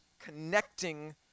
connecting